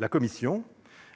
se diversifier ;